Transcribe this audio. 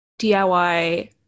DIY